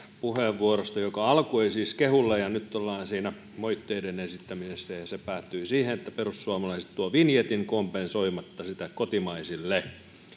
puheenvuorosta joka alkoi siis kehuilla ja nyt ollaan moitteiden esittämisessä se päättyy siihen että perussuomalaiset tuovat vinjetin kompensoimatta sitä kotimaisille